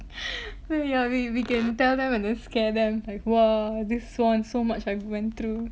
yeah we we can tell them and then scare them like !wah! this one so much I went through